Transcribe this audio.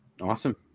Awesome